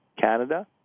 canada